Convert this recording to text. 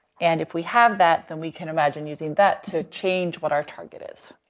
and if we have that, then we can imagine using that to change what our target is.